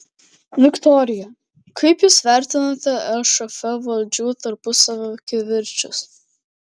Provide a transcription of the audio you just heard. viktorija kaip jūs vertinate lšf valdžių tarpusavio kivirčus